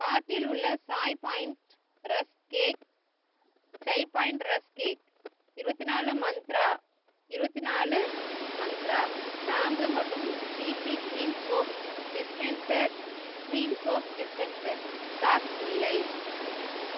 கார்ட்டில் உள்ள Chai point rusk cake Chai point rusk cake இருபத்தி நாலு மந்த்ரா இருபத்தி நாலு மந்த்ரா கிராம்பு மற்றும் DP cream soap dispenser cream soap dispenser stock இல்லை